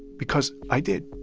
because i did.